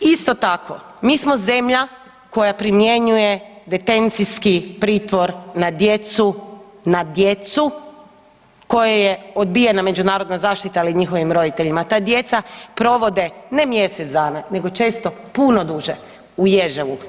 Isto tako mi smo zemlja koja primjenjuje detencijski pritvor na djecu, na djecu kojoj je odbijena međunarodna zaštita ili njihovim roditeljima ta djeca provode ne mjesec dana nego često puno duže u Ježevu.